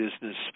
business